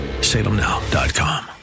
Salemnow.com